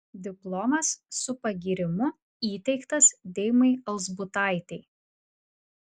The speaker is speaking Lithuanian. diplomas su pagyrimu įteiktas deimai alzbutaitei